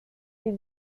est